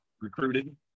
recruited